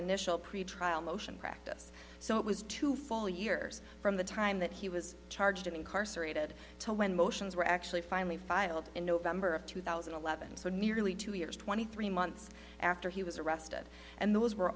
initial pretrial motion practice so it was two full years from the time that he was charged incarcerated to when motions were actually finally filed in november of two thousand and eleven so nearly two years twenty three months after he was arrested and those were